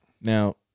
now